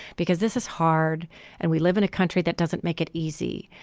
because this is hard and we live in a country that doesn't make it easy.